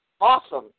awesome